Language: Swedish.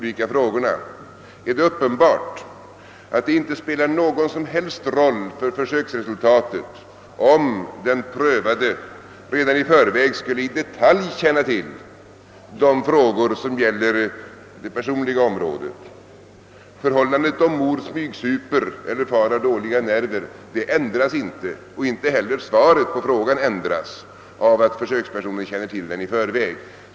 Det är uppenbart att det inte spelar någon som helst roll för försöksresultaten om den prövade redan i förväg i detalj skulle känna till de frågor som gäller det personliga området. Det förhållandet att mor smygsuper eller far har dåliga nerver ändras inte — och heiler inte svaret på frågorna — av att försökspersonen känner till frågorna i förväg.